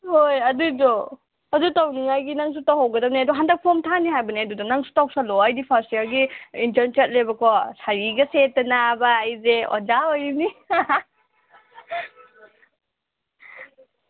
ꯍꯣꯏ ꯑꯗꯨꯒꯤꯗꯣ ꯑꯗꯨ ꯇꯧꯅꯤꯡꯉꯥꯏꯒꯤ ꯅꯪꯁꯨ ꯇꯧꯍꯧꯒꯗꯕꯅꯦ ꯑꯗꯣ ꯍꯟꯗꯛ ꯐꯣꯝ ꯊꯥꯅꯤ ꯍꯥꯏꯕꯅꯦ ꯑꯗꯨꯗ ꯅꯪꯁꯨ ꯇꯧꯁꯤꯜꯂꯣ ꯑꯩꯗꯤ ꯐꯥꯔꯁ ꯌꯥꯔꯒꯤ ꯏꯟꯇꯔꯟ ꯆꯠꯂꯦꯕꯀꯣ ꯁꯥꯔꯤꯒ ꯁꯦꯠꯇꯅꯕ ꯑꯩꯁꯦ ꯑꯣꯖꯥ ꯑꯣꯏꯔꯤꯕꯅꯤ